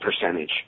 percentage